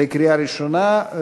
לקריאה ראשונה.